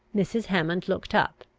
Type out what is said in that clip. mrs. hammond looked up.